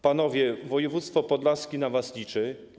Panowie, województwo podlaskie na was liczy.